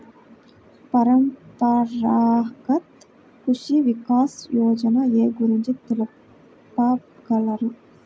పరంపరాగత్ కృషి వికాస్ యోజన ఏ గురించి తెలుపగలరు?